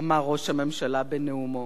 אמר ראש הממשלה בנאומו.